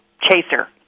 chaser